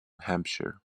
hampshire